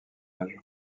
âge